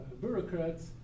bureaucrats